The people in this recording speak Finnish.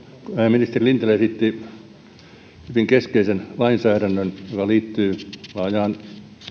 ministeri lintilä esitteli hyvin keskeisen lainsäädännön joka liittyy laajaan